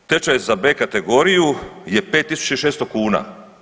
Tečaj za B kategoriju je 5600 kuna.